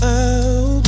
out